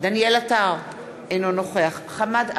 דניאל עטר, אינו נוכח חמד עמאר,